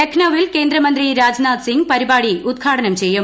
ലഖ്നൌവിൽ കേന്ദ്രമന്ത്രി രാജ്നാഥ് സിംഗ് പരിപാടി ഉദ്ഘാടനം ചെയ്യും